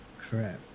crap